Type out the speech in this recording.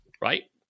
right